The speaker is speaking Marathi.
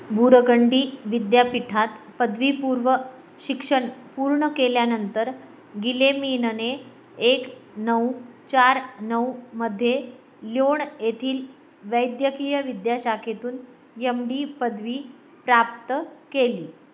बूरगंडी विद्यापीठात पदवीपूर्व शिक्षण पूर्ण केल्यानंतर गिलेमिनने एक नऊ चार नऊ मध्ये ल्योण येथील वैद्यकीय विद्याशाखेतून यम डी पदवी प्राप्त केली